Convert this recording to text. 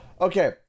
okay